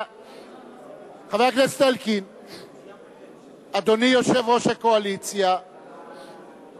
ה-IPU והיותו נציג ישראל יחד עם השר סילבן